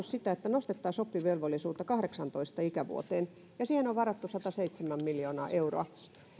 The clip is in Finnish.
sitä että nostettaisiin oppivelvollisuutta kahdeksaantoista ikävuoteen ja siihen on varattu sataseitsemän miljoonaa euroa